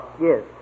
Yes